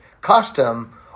custom